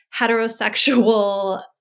heterosexual